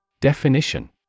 Definition